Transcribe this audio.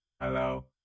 Hello